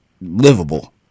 livable